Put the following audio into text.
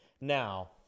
Now